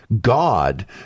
God